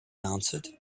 answered